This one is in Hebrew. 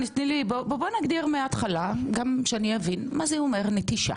בואי נגדיר מההתחלה גם שאני אבין מה זה אומר נטישה?